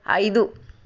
ఐదు